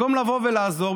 לבוא ולעזור,